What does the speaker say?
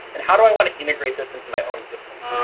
and how do i want to integrate this into my own systems?